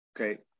Okay